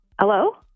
Hello